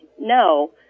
no